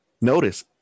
Notice